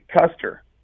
Custer